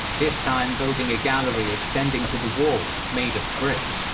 this time building a gallery extending to the walls made of brick.